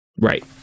Right